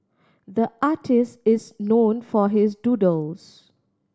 the artist is known for his doodles